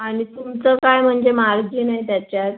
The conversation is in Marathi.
आणि तुमचं काय म्हणजे मार्जिन आहे त्याच्यात